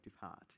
heart